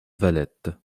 valette